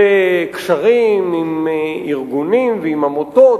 בקשרים עם ארגונים ועם עמותות,